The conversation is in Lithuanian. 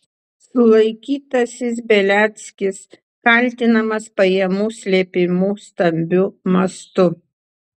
sulaikytasis beliackis kaltinamas pajamų slėpimu stambiu mastu